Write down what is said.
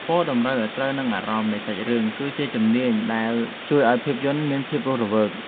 ពណ៌តម្រូវឱ្យត្រូវនឹងអារម្មណ៍នៃសាច់រឿងគឺជាជំនាញដែលជួយឱ្យភាពយន្តមានភាពរស់រវើក។